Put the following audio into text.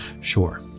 Sure